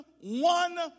one